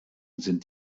sind